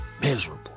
Miserable